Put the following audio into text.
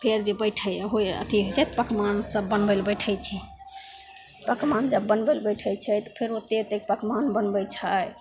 फेर जे बैठै होइ अथी होइ छै पकमान सब बनबै ले बैठै छै पकमान जब बनबै ले बैठै छै तऽ फेर ओतेक ओतेक पकमान बनबै छै